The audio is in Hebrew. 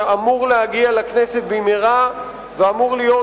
שאמור להגיע לכנסת במהרה ואמור להיות,